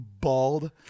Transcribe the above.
bald